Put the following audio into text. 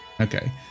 Okay